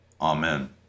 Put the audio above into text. Amen